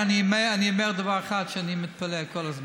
אני אומר דבר אחד, שאני מתפלא כל הזמן: